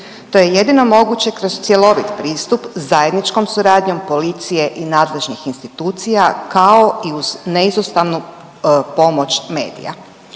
To je jedino moguće kroz cjelovit pristup zajedničkom suradnjom policije i nadležnih institucija, kao i uz neizostavnu pomoć medija.